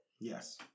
yes